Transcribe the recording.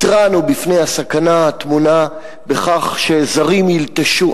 התרענו על הסכנה הטמונה בכך שזרים ילטשו